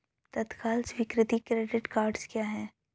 तत्काल स्वीकृति credit cards क्या हैं?